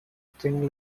string